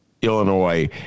Illinois